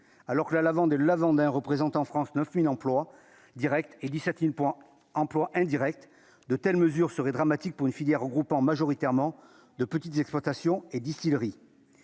alors que la lavande et l'avant d'un représentant France 9000 emplois Directs et 17000 points emplois indirects de telles mesures seraient dramatiques pour une filière regroupant majoritairement de petites exploitations et distilleries,